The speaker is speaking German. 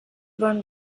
wollen